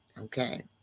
Okay